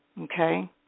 Okay